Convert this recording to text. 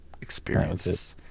Experiences